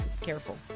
Careful